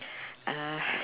uh